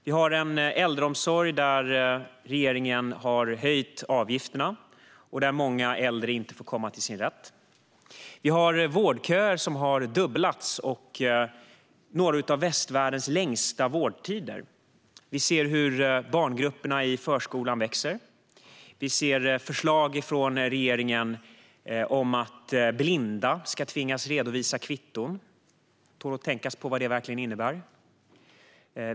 Vi har en äldreomsorg där regeringen har höjt avgifterna och där många äldre inte får komma till sin rätt. Vi har vårdköer som blivit dubbelt så långa, och vi har några av västvärldens längsta vårdtider. Vi ser hur barngrupperna i förskolan växer. Vi ser förslag från regeringen om att blinda ska tvingas redovisa kvitton - det tål att tänka på vad det verkligen innebär.